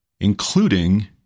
including